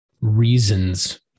reasons